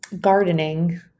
gardening